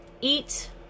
eat